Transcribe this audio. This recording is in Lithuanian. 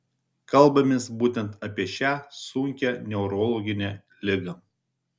kalbamės būtent apie šią sunkią neurologinę ligą